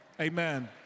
Amen